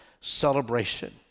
celebration